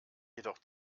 jedoch